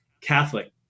Catholic